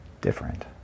different